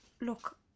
Look